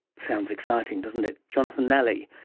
sounds exciting, doesn't it. jonathan nally.